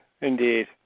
indeed